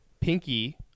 Pinky